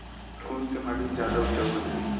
कोन से माटी जादा उपजाऊ होथे?